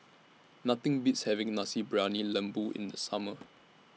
Nothing Beats having Nasi Briyani Lembu in The Summer